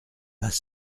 pas